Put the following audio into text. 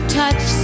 touch